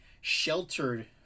sheltered